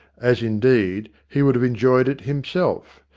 as, indeed, he would have enjoyed it him self,